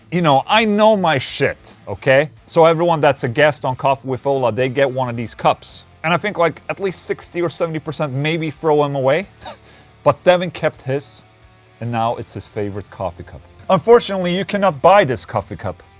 you know, i know my shit, ok? so, everyone that's a guest on coffee with ola, they get one of these cups and i think like at least sixty or seventy percent maybe throw them um away but devin kept his and now it's his favorite coffee cup unfortunately you cannot buy this coffee cup